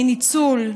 מניצול,